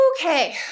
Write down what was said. Okay